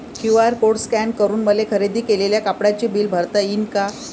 QR code scan करून मले खरेदी केलेल्या कापडाचे बिल भरता यीन का?